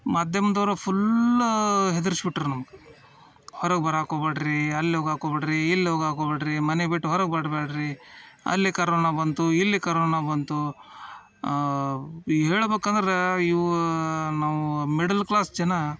ಮಾಧ್ಯಮದವ್ರು full ಹೆದ್ರಿಸ್ಬಿಟ್ರು ನಮ್ಗೆ ಹೊರಗೆ ಬರೋಕೆ ಹೋಗ್ಬ್ಯಾಡಿ ರೀ ಅಲ್ಲಿ ಹೋಗೋಕೆ ಹೋಗ್ಬ್ಯಾಡಿ ರೀ ಇಲ್ಲಿ ಹೋಗೋಕೆ ಹೊಗ್ಬ್ಯಾಡಿ ರೀ ಮನೆ ಬಿಟ್ಟು ಹೊರಗೆ ಬರ್ಬ್ಯಾಡಿ ರೀ ಅಲ್ಲಿ ಕರೋನ ಬಂತು ಇಲ್ಲಿ ಕರೋನ ಬಂತು ಈಗ ಹೇಳಬೇಕೆಂದರೆ ಇವೂ ನಾವು ಮಿಡಲ್ ಕ್ಲಾಸ್ ಜನ